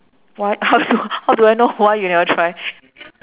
what how do how do I know why you never try